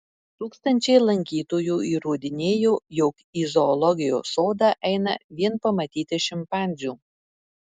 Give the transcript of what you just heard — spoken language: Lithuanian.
tūkstančiai lankytojų įrodinėjo jog į zoologijos sodą eina vien pamatyti šimpanzių